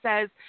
says